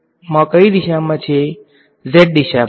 Z દિશામા